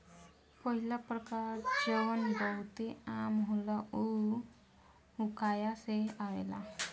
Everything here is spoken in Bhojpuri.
पहिला प्रकार जवन बहुते आम होला उ हुआकाया से आवेला